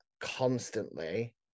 constantly